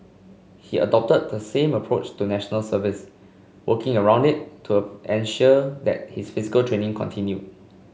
he adopted the same approach to National Service working around it to ensure that his physical training continued